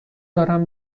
دارم